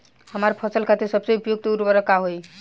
हमार फसल खातिर सबसे उपयुक्त उर्वरक का होई?